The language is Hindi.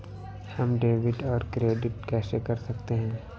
हम डेबिटऔर क्रेडिट कैसे कर सकते हैं?